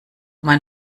mein